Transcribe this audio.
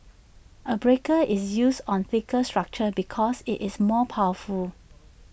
A breaker is used on thicker structures because IT is more powerful